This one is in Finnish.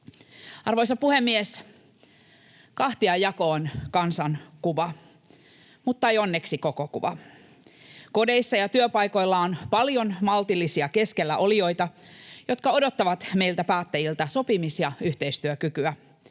Arvoisa puhemies! Kahtiajako on kansan kuva, mutta ei onneksi koko kuva. Kodeissa ja työpaikoilla on paljon maltillisia keskellä olijoita, jotka odottavat meiltä päättäjiltä sopimis- ja yhteistyökykyä